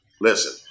Listen